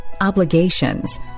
obligations